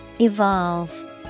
Evolve